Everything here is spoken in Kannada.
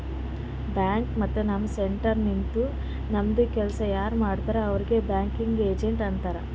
ಬ್ಯಾಂಕ್ ಮತ್ತ ನಮ್ ಸೆಂಟರ್ ನಿಂತು ನಮ್ದು ಕೆಲ್ಸಾ ಯಾರ್ ಮಾಡ್ತಾರ್ ಅವ್ರಿಗ್ ಬ್ಯಾಂಕಿಂಗ್ ಏಜೆಂಟ್ ಅಂತಾರ್